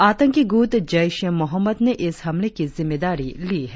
आतंकी गुट जैश ए मोहम्म्द ने इस हमले की जिम्मेदारी ली है